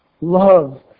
love